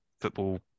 football